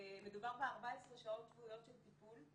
מדובר ב-14 שעות שבועיות של טיפול,